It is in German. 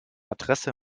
adresse